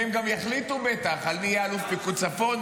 והם גם יחליטו בטח מי יהיה אלוף פיקוד צפון,